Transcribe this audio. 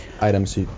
items